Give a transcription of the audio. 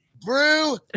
Brew